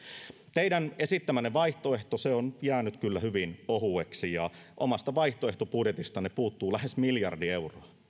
teidän esittämänne vaihtoehto on jäänyt kyllä hyvin ohueksi ja omasta vaihtoehtobudjetistanne puuttuu lähes miljardi euroa